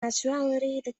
actuality